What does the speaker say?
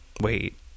Wait